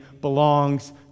belongs